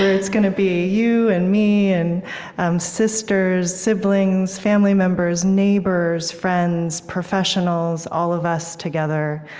it's gonna be you and me and um sisters, siblings, family members, neighbors, friends, professionals, all of us together,